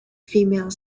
female